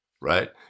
right